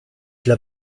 dla